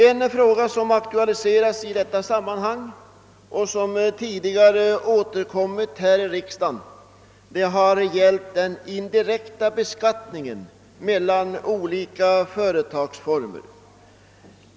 En fråga som aktualiserats i detta sammanhang och som tidigare behandlats här i riksdagen gäller den indirekta beskattningen för olika företagsformer.